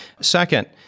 Second